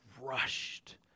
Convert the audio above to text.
rushed